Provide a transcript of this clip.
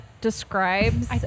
describes